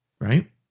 Right